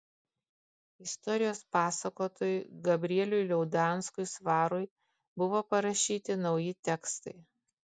istorijos pasakotojui gabrieliui liaudanskui svarui buvo parašyti nauji tekstai